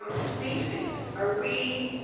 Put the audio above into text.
um species. are we,